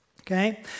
Okay